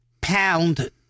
pound